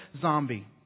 zombie